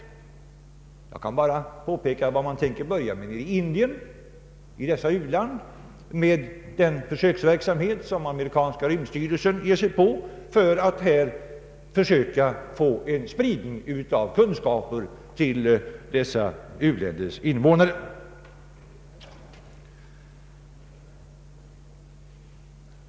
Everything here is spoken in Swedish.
Jag kan bara påpeka att den amerikanska rymdstyrelsen tänker börja med att i Indien med denna nya teknik försöka sprida kunskaper till detta u-lands invånare.